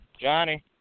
Johnny